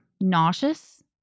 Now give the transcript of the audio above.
nauseous